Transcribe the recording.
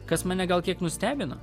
kas mane gal kiek nustebino